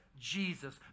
Jesus